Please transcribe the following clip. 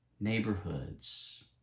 neighborhoods